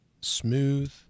smooth